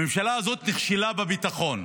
הממשלה הזאת נכשלה בביטחון.